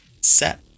set